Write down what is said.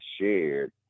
shared